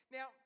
Now